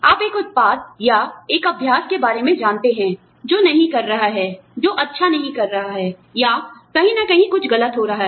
आप एक उत्पाद या एक अभ्यास के बारे में जानते हैं जो नहीं कर रहा है आप जानते हैं कि यह अच्छा नहीं कर रहा है या कहीं न कहीं कुछ गलत हो रहा है